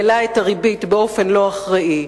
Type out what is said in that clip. שהעלה את הריבית באופן לא אחראי,